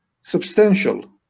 substantial